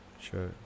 Sure